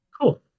Cool